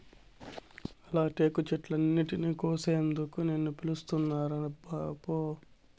ఆల టేకు చెట్లన్నింటినీ కోసేందుకు నిన్ను పిలుస్తాండారబ్బా పో